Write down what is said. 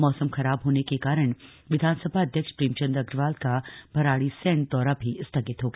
मौसम खराब होने के कारण विधानसभा अध्यक्ष प्रेमचंद अग्रवाल का भराड़ीसैंण दौरा भी स्थगित हो गया